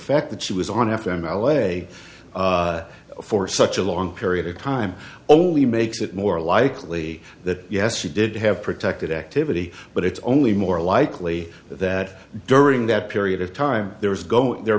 fact that she was on f m l a for such a long period of time only makes it more likely that yes she did have protected activity but it's only more likely that during that period of time there was go there